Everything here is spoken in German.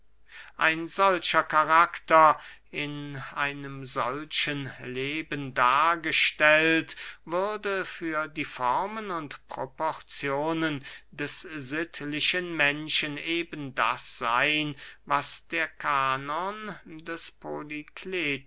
ein solcher karakter in einem solchen leben dargestellt würde für die formen und proporzionen des sittlichen menschen eben das seyn was der kanon des